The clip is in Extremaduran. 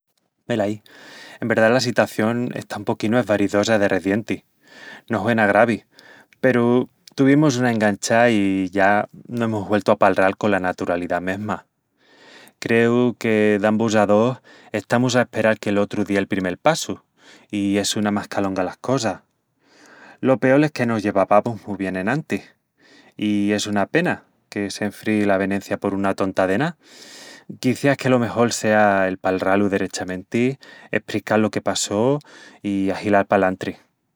Velaí, en verdá la sitación está un poquinu esvarizosa de rezienti... No hue ná gravi peru tuvimus una enganchá i ya no amus güeltu a palral cola naturalidá mesma. Creu que dambus a dos estamus a asperal que l'otru dé el primel passu, i essu namás qu'alonga las cosas. Lo peol es que nos llevavamus mu bien enantis, i es una pena que s'enfríi l'avenencia por una tontá de ná... Quiciás que lo mejol sea el palrá-lu derechamenti., esprical lo que passó i ahilal palantri.